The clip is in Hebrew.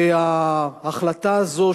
וההחלטה הזאת,